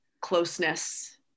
closeness